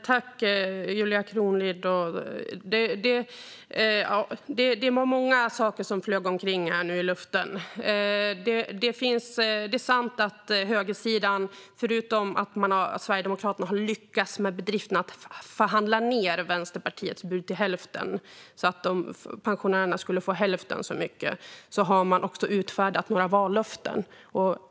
Herr talman! Det var mycket som flög omkring i luften nu. Förutom att Sverigedemokraterna har lyckats med bedriften att förhandla ned Vänsterpartiets bud så att pensionärerna bara får hälften så mycket har de också utfärdat några vallöften.